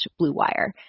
BlueWire